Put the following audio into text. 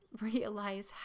realize